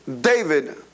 David